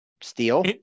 Steel